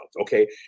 okay